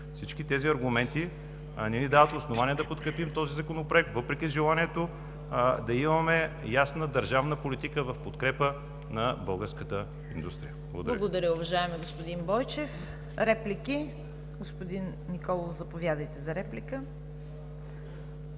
Всички тези аргументи не ни дават основание да подкрепим този законопроект, въпреки желанието да имаме ясна държавна политика в подкрепа на българската индустрия. Благодаря. ПРЕДСЕДАТЕЛ ЦВЕТА КАРАЯНЧЕВА: Благодаря, уважаеми господин Бойчев. Реплики? Господин Николов, заповядайте за реплика.